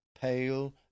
pale